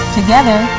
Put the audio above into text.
Together